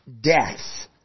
deaths